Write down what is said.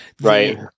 Right